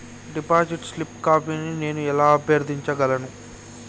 Deposit slip కాపీని నేను ఎలా అభ్యర్థించగలను?